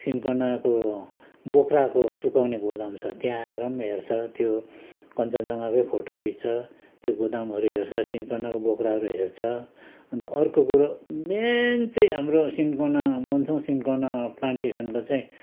सिन्कोनाको बोक्राको सुकाउने गोदाम छ त्यहाँ आएर पनि हेर्छ त्यो कञ्चनजङ्घाको फोटो खिच्छ त्यो गोदामहरू हेर्छ सिन्कोनाको बोक्राहरू हेर्छ अन्त अर्को कुरो मेन चाहिँ हाम्रो सिन्कोना मन्सोङ सिन्कोना प्लान्टेसनको चाहिँ